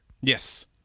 Yes